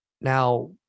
Now